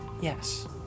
yes